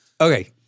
Okay